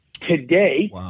today